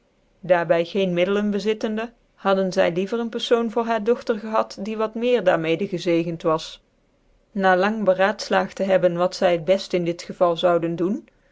by geen middelen bezittende hadden zy liever ccn perfuan voor hur dokter gchid die wat meerder dair mede gezegend was ma lang berailflngt te hebben wat zy het beft in dit geval zouden doen